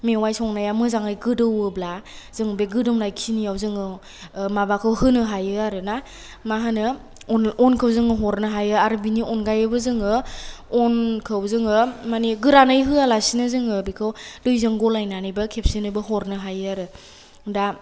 मेवाइ संनाया मोजाङै गोदौयोब्ला जों बे गोदौनाय खिनायाव जोङो माबाखौ होनो हायो आरोना मा होनो अनखौ जोङो हरनो हायो आर बिनि अनगायैबो जोङो अनखौ जोङो मानि गोरानै होयालासेनो जोङो दैजों गलायनानैबो खेबसेयैनो हरनो हायो आरो दा